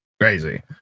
Crazy